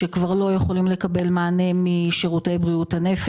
שכבר לא יכולים לקבל מענה משירותי בריאות הנפש.